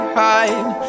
hide